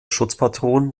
schutzpatron